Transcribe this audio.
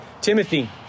Timothy